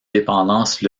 dépendances